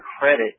credit